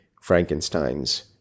Frankenstein's